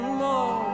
more